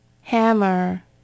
Hammer